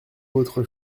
votre